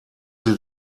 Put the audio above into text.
sie